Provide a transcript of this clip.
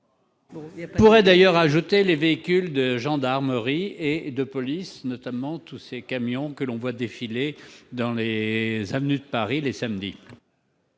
ainsi d'ailleurs qu'aux véhicules de gendarmerie et de police, notamment tous ces camions que l'on voit défiler dans les avenues de Paris chaque samedi